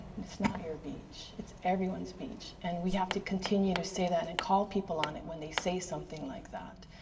it's not your beach. it's everyone's beach. and we have to continue to say that and call people on it when they say something like that.